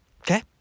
Okay